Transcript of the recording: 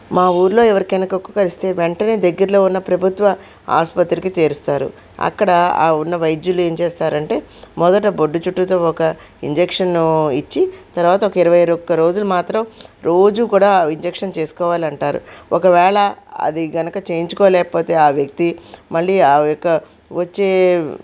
మా ఊరిలో ఎవరికైన కుక్క కరిస్తే వెంటనే దగ్గరలో ఉన్న ప్రభుత్వ ఆసుపత్రికి చేరుస్తారు అక్కడ ఆ ఉన్న వైద్యులు ఏమి చేస్తారంటే మొదట బొడ్డు చుట్టు ఒక ఇంజక్షన్ ఇచ్చి తర్వాత ఇరవై ఒక్క రోజులు మాత్రం రోజు కూడా ఇంజక్షన్ చేసుకోవాలి అంటారు ఒకవేళ అది కనుక చేయించుకొలేకపోతే ఆవ్యక్తి మళ్ళి ఆ యొక్క వచ్చే